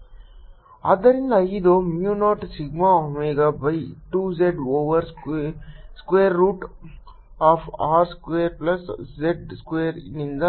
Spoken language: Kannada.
0σωz2 ZR2z21d1x2 1 0σωz2 1 R2z2z 1zR2z2 0σωz2 R22z2zR2z2 2z ಆದ್ದರಿಂದ ಇದು Mu 0 sigma omega by 2 z over square root of R square plus z square ನಿಂದ